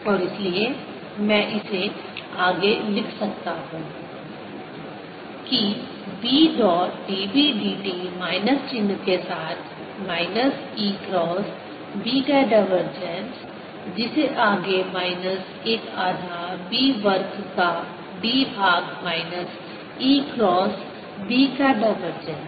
और इसलिए मैं इसे आगे लिख सकता हूं कि B dot dB dt minus चिन्ह के साथ माइनस E क्रॉस B का डाइवर्जेंस जिसे आगे माइनस एक आधा B वर्ग का d भाग माइनस E क्रॉस B का डाइवर्जेंस